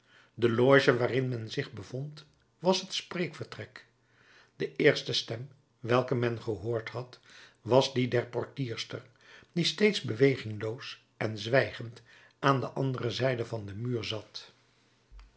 de loge waarin men zich bevond was het spreekvertrek de eerste stem welke men gehoord had was die der portierster die steeds bewegingloos en zwijgend aan de andere zijde van den muur zat